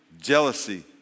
jealousy